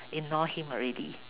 ignore him already